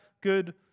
good